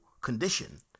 condition